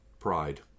pride